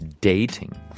dating